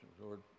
Lord